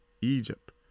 Egypt